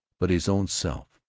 but his own self,